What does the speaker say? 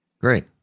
Great